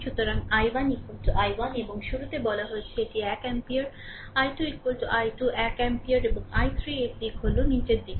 সুতরাং I1 I1 এবং শুরুতে বলা হয়েছিল এটি 1 অ্যাম্পিয়ার I2 I2 1 এমপিয়ার এবং I3 এর দিক হলো নীচের দিকে